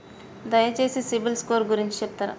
దయచేసి CIBIL score గురించి చెప్తరా?